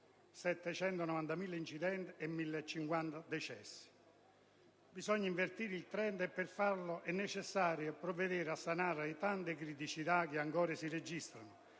790.000 incidenti e 1.050 decessi. Bisogna invertire il *trend* e per farlo è necessario provvedere a sanare le tante criticità che ancora si registrano